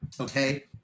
okay